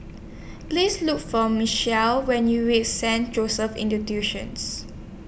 Please Look For when YOU REACH Saint Joseph's Institutions